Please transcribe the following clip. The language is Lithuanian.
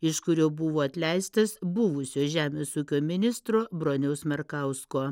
iš kurio buvo atleistas buvusio žemės ūkio ministro broniaus markausko